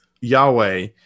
Yahweh